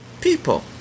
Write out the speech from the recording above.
people